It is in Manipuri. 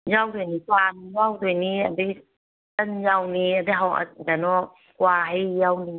ꯌꯥꯎꯗꯣꯏꯅꯤ ꯀ꯭ꯋꯥꯁꯨ ꯌꯥꯎꯗꯣꯏꯅꯤ ꯑꯗꯩ ꯇꯟ ꯌꯥꯎꯅꯤ ꯑꯗꯩ ꯀꯩꯅꯣ ꯀ꯭ꯋꯥ ꯍꯩ ꯌꯥꯎꯅꯤ